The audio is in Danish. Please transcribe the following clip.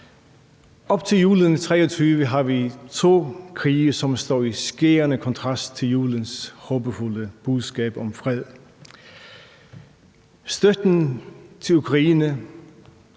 Op til julen 2023 har vi to krige, som står i skærende kontrast til julens håbefulde budskab om fred. Støtten til Ukraine